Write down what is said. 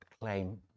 claim